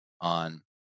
on